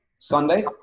Sunday